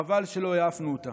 חבל שלא העפנו אותה.